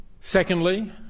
Secondly